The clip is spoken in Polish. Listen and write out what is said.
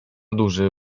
duży